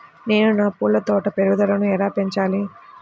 నేను నా పూల తోట పెరుగుదలను ఎలా పెంచాలి?